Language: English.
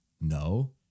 No